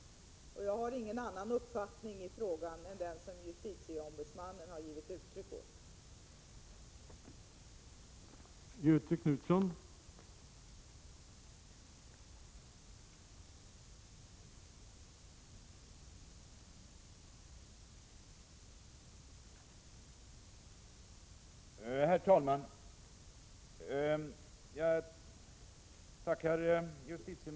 Jag har ingen annan uppfattning i frågan än den som justitieombudsmannen har givit uttryck för.